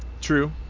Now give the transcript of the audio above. True